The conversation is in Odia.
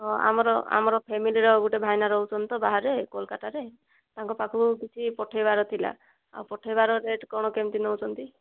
ହଁ ଆମର ଆମର ଫ୍ୟାମିଲିର ଗୋଟେ ଭାଇନା ରହୁଛନ୍ତି ତ ବାହାରେ କୋଲକାତାରେ ତାଙ୍କ ପାଖକୁ କିଛି ପଠେଇବାର ଥିଲା ଆଉ ପଠେଇବାର ରେଟ କଣ କେମିତି ନେଉଛନ୍ତି